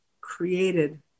created